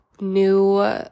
new